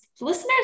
listeners